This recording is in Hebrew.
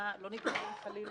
לא נידחים חלילה,